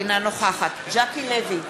אינה נוכחת ז'קי לוי,